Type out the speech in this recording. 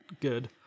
good